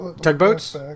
Tugboats